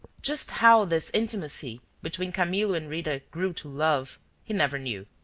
just how this intimacy between camillo and rita grew to love he never knew.